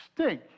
stink